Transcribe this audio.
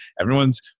everyone's